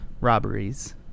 robberies